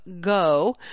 go